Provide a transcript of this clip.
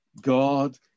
God